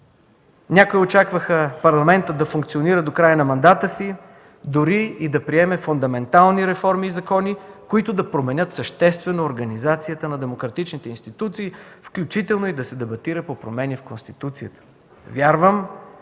Някои очакваха Парламентът да функционира до края на мандата си, дори да приеме фундаментални реформи и закони, които да променят съществено организацията на демократичните институции, включително и да се дебатира по промени в Конституцията. Вярвам,